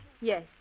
Yes